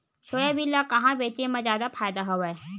Soybean ल कहां बेचे म जादा फ़ायदा हवय?